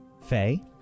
Faye